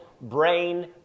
brain